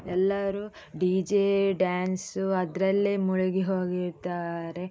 ಎಲ್ಲರು D J dance ಅದರಲ್ಲೇ ಮುಳುಗಿ ಹೋಗಿದ್ದಾರೆ